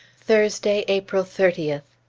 thursday, april thirtieth.